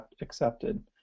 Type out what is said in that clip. accepted